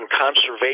conservation